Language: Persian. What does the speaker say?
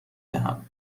دهم